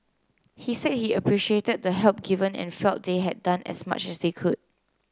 he said he appreciated the help given and felt they had done as much as they could